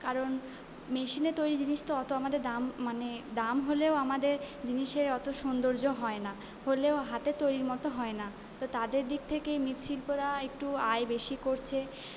কারণ মেশিনে তৈরি জিনিস তো অত আমাদের দাম মানে দাম হলেও আমাদের জিনিসের অত সৌন্দর্য হয় না হলেও হাতের তৈরির মত হয় না তো তাদের দিক থেকে এই মৃৎ শিল্পরা একটু আয় বেশি করছে